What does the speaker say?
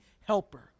helper